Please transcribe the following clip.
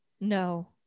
No